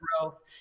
growth